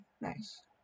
nice